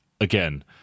again